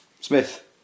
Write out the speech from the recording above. Smith